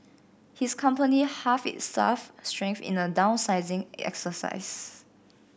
his company halved its staff strength in a downsizing exercise